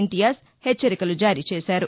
ఇంతియాజ్ హెచ్చరికలు జారీ చేశారు